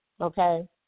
Okay